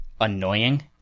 annoying